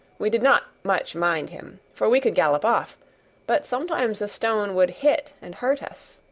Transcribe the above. we did not much mind him, for we could gallop off but sometimes a stone would hit and hurt us.